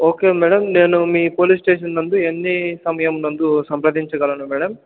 okay madam నేను మీ police station నందు ఎన్ని సమయము నందు సంప్రదించగలను మేడం